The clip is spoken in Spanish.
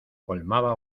colmaba